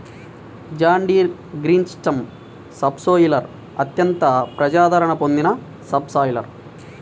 John Deere green system subsoiler అత్యంత ప్రజాదరణ పొందిన సబ్ సాయిలర్